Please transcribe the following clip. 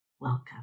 welcome